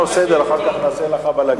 יש לנו סדר, אחר כך נעשה לך בלגן.